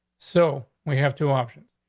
so we have two options.